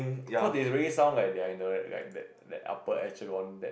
cause they really sound like they're in the like that that upper etch that